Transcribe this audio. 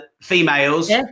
females